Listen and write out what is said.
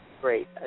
great